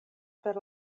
per